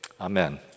Amen